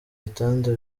gitanda